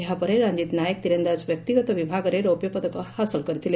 ଏହାପରେ ରଞିତ ନାୟକ ତୀରନ୍ଦାଜ୍ ବ୍ୟକ୍ତିଗତ ବିଭାଗରେ ରୌପ୍ୟ ପଦକ ହାସଲ କରିଥିଲେ